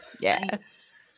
yes